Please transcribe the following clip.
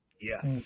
Yes